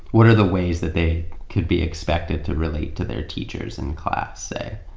what are the ways that they could be expected to relate to their teachers in class, say?